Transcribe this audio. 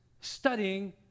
studying